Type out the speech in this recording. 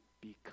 become